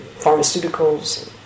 pharmaceuticals